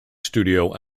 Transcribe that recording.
studio